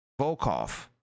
Volkov